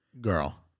Girl